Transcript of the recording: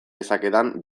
dezakedan